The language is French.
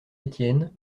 étienne